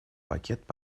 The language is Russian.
пакет